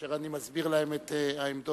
כאשר אני מסביר להם את העמדות,